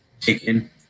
taken